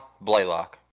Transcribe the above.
Blaylock